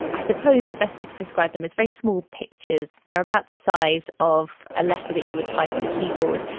suppose the best way to describe them is very small pictures, they're about the size of a letter that you would type on a keyboard.